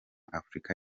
afurika